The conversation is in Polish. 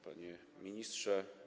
Panie Ministrze!